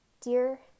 dear